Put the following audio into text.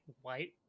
white